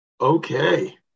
Okay